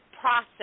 process